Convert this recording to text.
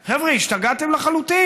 על חוק ריק מתוכן,